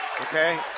Okay